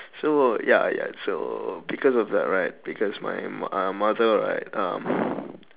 so ya ya so because of that right because my uh mother right uh